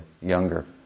younger